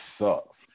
sucks